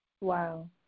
Wow